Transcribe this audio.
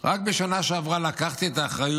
רק בשנה שעברה לקחתי את האחריות